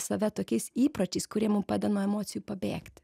save tokiais įpročiais kurie mum padeda nuo emocijų pabėgt